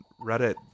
Reddit